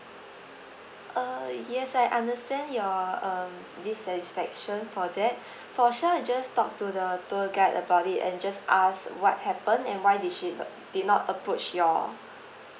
err yes I understand your um dissatisfaction for that for sure I just talk to the tour guide about it and just ask what happened and why did she not did not approach y'all